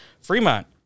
Fremont